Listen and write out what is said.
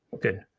good